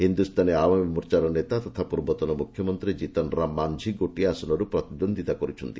ହିନ୍ଦୁସ୍ଥାନୀ ଆୱାମି ମୋର୍ଚ୍ଚାର ନେତା ତଥା ପୂର୍ବତନ ମୁଖ୍ୟମନ୍ତ୍ରୀ ଜିତନ୍ ରାମ ମାନ୍ଝୀ ଗୋଟିଏ ଆସନରୁ ପ୍ରତିଦ୍ୱନ୍ଦ୍ୱିତା କର୍ ଚ୍ଚ୍ଚନ୍ତି